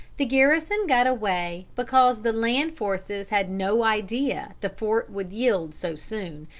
the garrison got away because the land-forces had no idea the fort would yield so soon,